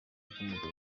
bw’umugabo